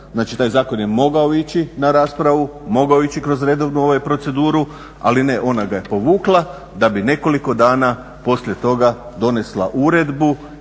Znači taj zakon je mogao ići na raspravu, mogao je ići kroz redovnu proceduru, ali ne, ona ga je povukla da bi nekoliko dana poslije toga donesla uredbu